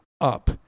up